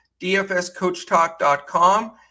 dfscoachtalk.com